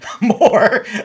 more